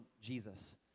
Jesus